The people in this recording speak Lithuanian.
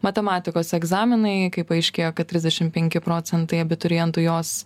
matematikos egzaminai kai paaiškėjo kad trisdešim penki procentai abiturientų jos